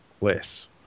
less